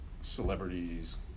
celebrities